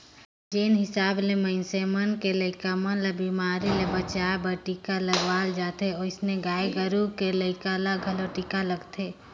जेन हिसाब ले मनइसे मन के लइका मन ल बेमारी ले बचाय बर टीका लगवाल जाथे ओइसने गाय गोरु के लइका ल घलो टीका लगथे